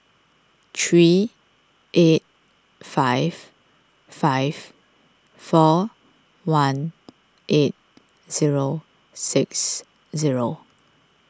three eight five five four one eight zero six zero